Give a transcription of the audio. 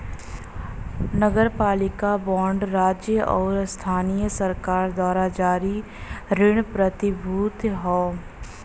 नगरपालिका बांड राज्य आउर स्थानीय सरकार द्वारा जारी ऋण प्रतिभूति हौ